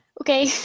Okay